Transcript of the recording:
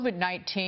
COVID-19